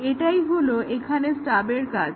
এটাই হলো এখানে স্টাবের কাজ